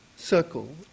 circle